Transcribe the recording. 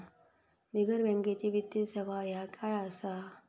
बिगर बँकेची वित्तीय सेवा ह्या काय असा?